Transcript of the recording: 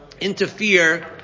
interfere